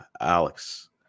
Alex